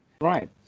right